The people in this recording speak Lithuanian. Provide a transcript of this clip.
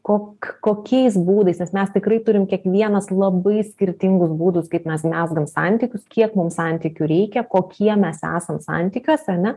kok kokiais būdais nes mes tikrai turim kiekvienas labai skirtingus būdus kaip mes mezgam santykius kiek mums santykių reikia kokie mes esam santykiuose ane